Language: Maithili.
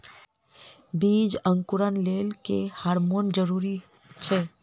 बीज अंकुरण लेल केँ हार्मोन जरूरी छै?